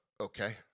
Okay